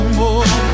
more